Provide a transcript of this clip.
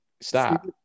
stop